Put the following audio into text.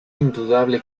indudable